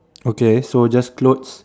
okay so just clothes